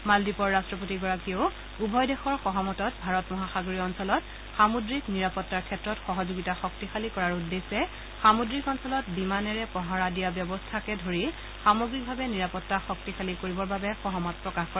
মালদ্বীপৰ ৰাট্ৰপতিগৰাকীয়েও উভয় দেশৰ সহমতত ভাৰত মহাসাগৰীয় অঞ্চলত সামুদ্ৰিক নিৰাপত্তাৰ ক্ষেত্ৰত সহযোগিতা শক্তিশালী কৰাৰ উদ্দেশ্যে সামুদ্ৰিক অঞ্চলত বিমানেৰে পহৰা দিয়া ব্যৱস্থাকে ধৰি সামগ্ৰিকভাৱে নিৰাপত্তা শক্তিশালী কৰিবৰ বাবে সহমত প্ৰকাশ কৰে